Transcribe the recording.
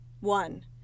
One